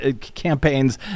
campaigns